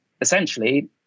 essentially